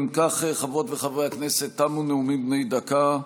אם כך, חברות וחברי הכנסת, תמו נאומים בני דקה.